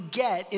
get